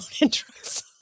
interests